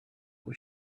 what